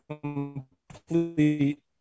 completely